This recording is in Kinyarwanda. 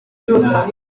woroshye